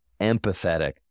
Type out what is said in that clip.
empathetic